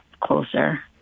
closer